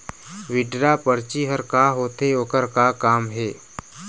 Withdraw परची हर का होते, ओकर का काम हे?